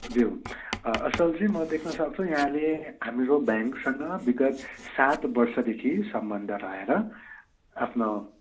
ज्यू असलजी म देख्नसक्छु यहाँले हाम्रो ब्याङ्कसँग विगत सात वर्षदेखि सम्बन्ध रहेर आफ्नो